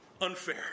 unfair